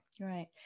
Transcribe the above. right